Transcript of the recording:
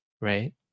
right